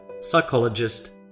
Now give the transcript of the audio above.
psychologist